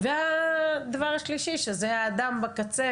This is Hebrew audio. והדבר השלישי זה האדם בקצה,